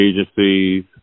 agencies